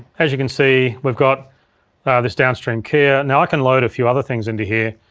as you can see we've got this downstream keyer. now i can load a few other things into here.